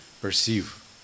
perceive